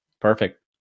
perfect